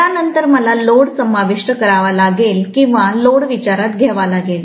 यानंतर मला लोड समाविष्ट करावा लागेल किंवा लोड विचारात घ्यावा लागेल